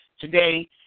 today